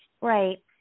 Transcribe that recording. Right